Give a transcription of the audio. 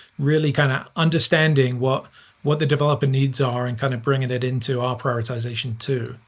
really kind of understanding what what the developer needs are and kind of bringing it into our prioritization, too.